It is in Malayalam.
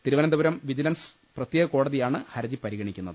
തിരുവനന്തപുരം വിജിലൻസ് പ്രത്യേക കോടതിയാണ് ഹർജി പരിഗണിക്കുന്നത്